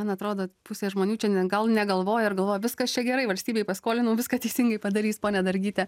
man atrodo pusė žmonių čia net gal negalvoja ar galvoja viskas čia gerai valstybei paskolinau viską teisingai padarys ponia dargyte